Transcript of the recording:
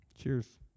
Cheers